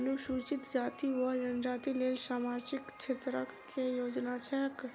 अनुसूचित जाति वा जनजाति लेल सामाजिक क्षेत्रक केँ योजना छैक?